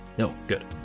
oh, good.